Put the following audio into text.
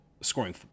scoring